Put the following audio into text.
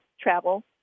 travel